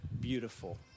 beautiful